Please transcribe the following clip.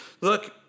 look